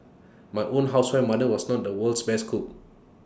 my own housewife mother was not the world's best cook